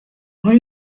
are